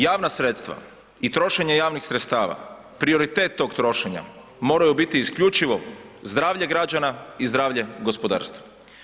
Javna sredstva i trošenje javnih sredstava, prioritet tog trošenja moraju biti isključivo zdravlje građana i zdravlje gospodarstva.